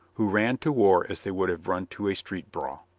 who ran to war as they would have run to a street brawl.